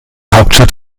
hauptstadt